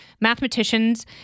mathematicians